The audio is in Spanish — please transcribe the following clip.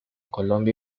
colombia